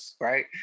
right